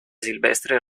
silvestre